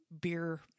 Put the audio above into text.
beer